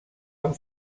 amb